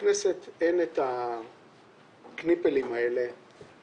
לכנסת אין את הקניפלים האלה